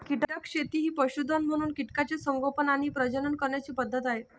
कीटक शेती ही पशुधन म्हणून कीटकांचे संगोपन आणि प्रजनन करण्याची पद्धत आहे